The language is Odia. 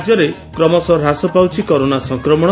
ରାଜ୍ୟରେ କ୍ରମଶଃ ହ୍ରାସ ପାଉଛି କରୋନା ସଂକ୍ରମଶ